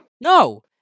no